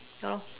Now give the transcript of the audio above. so